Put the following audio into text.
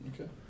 Okay